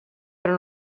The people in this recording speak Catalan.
però